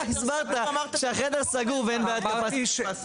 אתה אמרת שהחדר סגור בכלל.